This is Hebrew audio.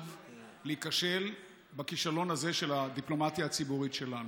להיכשל בכישלון הזה של הדיפלומטיה הציבורית שלנו.